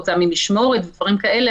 הוצאה ממשמורת ודברים כאלה,